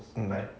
mm